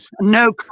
no